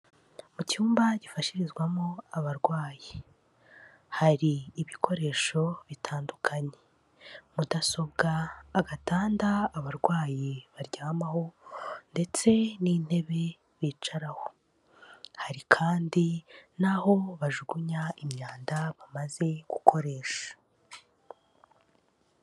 Mu cyumba gifashirizwamo abarwayi, hari ibikoresho bitandukanye mudasobwa, agatanda abarwayi baryamaho ndetse n'intebe bicaraho, hari kandi n'aho bajugunya imyanda bamaze gukoresha.